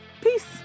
Peace